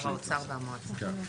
האוצר והמועצה.